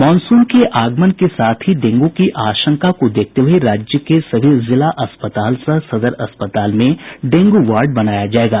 monsoon के आगमन के साथ ही डेंगू की आशंका को देखते हये राज्य के सभी जिला अस्पताल सह सदर अस्पताल में डेंगू वार्ड बनाया जायेगा